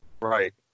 Right